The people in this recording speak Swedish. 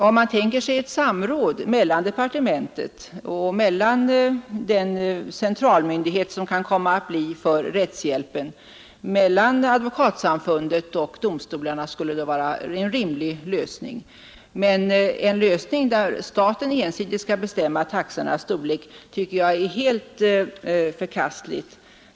Om man tänker sig ett samråd mellan departementet, den centralmyndighet som kan bli inrättad för rättshjälpen, Advokatsamfundet och domstolarna, skulle det vara en rimlig lösning. Men en lösning där staten ensidigt skall bestämma taxorna tycker jag är helt förkastlig.